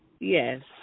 Yes